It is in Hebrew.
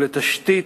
לתשתית,